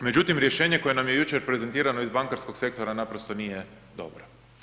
Međutim, rješenje koje nam je jučer prezentirano iz bankarskog sektora naprosto nije dobro.